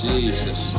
Jesus